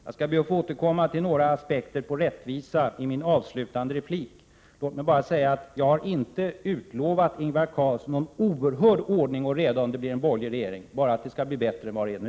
Jag skall be att få återkomma till några aspekter på rättvisa i min avslutande replik. Låt mig bara säga att jag inte har lovat Ingvar Carlsson någon oerhörd ordning och reda, om det blir en borgerlig regering, bara att det skall bli bättre än vad det är nu.